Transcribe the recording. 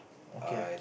okay